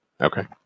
Okay